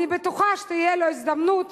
אני בטוחה שתהיה לו הזדמנות